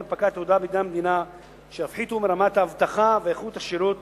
הנפקת תעודות בידי המדינה שיפחיתו מרמת האבטחה ואיכות השירות